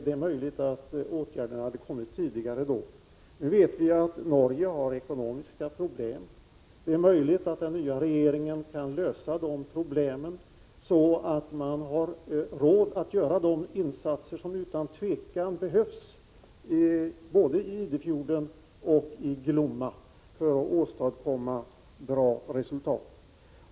Det är möjligt att åtgärderna hade kommit tidigare om hon hade haft den. Vi vet att Norge i dag har ekonomiska problem. Det är möjligt att den nya regeringen kan lösa dessa problem, så att man har råd att göra de insatser som utan tvivel behövs — både i Idefjorden och i Glomma — för att åstadkomma bra resultat.